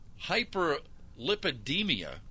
hyperlipidemia